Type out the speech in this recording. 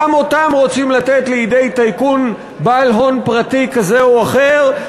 גם אותם רוצים לתת לידי טייקון בעל הון פרטי כזה או אחר,